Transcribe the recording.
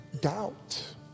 doubt